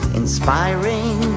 inspiring